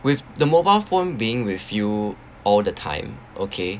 with the mobile phone being with you all the time okay